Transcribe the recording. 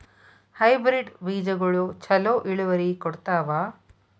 Hybrid ಬೇಜಗೊಳು ಛಲೋ ಇಳುವರಿ ಕೊಡ್ತಾವ?